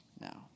now